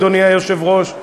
אדוני היושב-ראש.